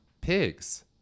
pigs